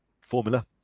formula